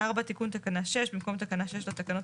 תיקון תקנה 6 4.במקום תקנה 6 לתקנות